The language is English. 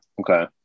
Okay